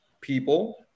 people